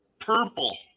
purple